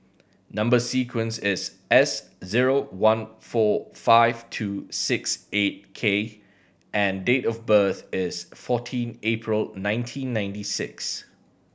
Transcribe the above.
number sequence is S zero one four five two six eight K and date of birth is fourteen April nineteen ninety six